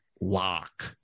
lock